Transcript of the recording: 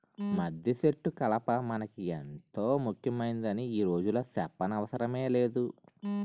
మద్దిసెట్టు కలప మనకి ఎంతో ముక్యమైందని ఈ రోజుల్లో సెప్పనవసరమే లేదు